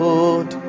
Lord